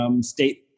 state